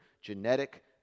genetic